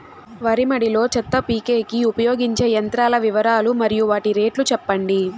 వరి మడి లో చెత్త పీకేకి ఉపయోగించే యంత్రాల వివరాలు మరియు వాటి రేట్లు చెప్పండి?